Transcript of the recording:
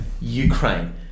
Ukraine